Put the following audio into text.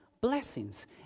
blessings